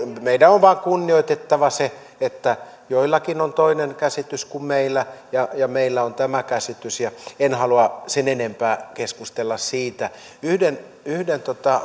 vain kunnioitettava sitä että joillakin on toinen käsitys kuin meillä ja meillä on tämä käsitys en halua sen enempää keskustella siitä yhden yhden